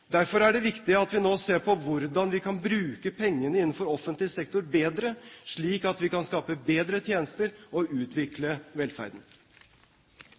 Derfor er det viktig at vi nå ser på hvordan vi kan bruke pengene innenfor offentlig sektor bedre slik at vi kan skape bedre tjenester og utvikle velferden.